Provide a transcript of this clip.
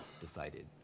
decided